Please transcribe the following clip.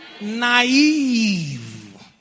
naive